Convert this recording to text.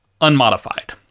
unmodified